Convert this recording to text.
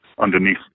underneath